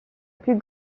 plus